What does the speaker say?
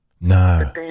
No